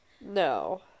No